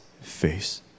face